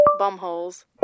Bumholes